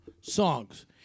songs